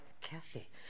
Kathy